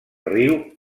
riu